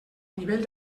nivell